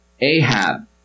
Ahab